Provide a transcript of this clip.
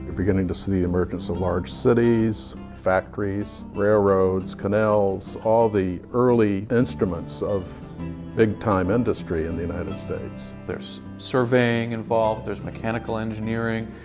beginning to see the emergence of large cities, factories, railroads canals, all the early instruments of big time industry in the united states. there's surveying involved. there's mechanical engineering.